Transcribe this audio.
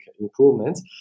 improvements